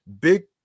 Big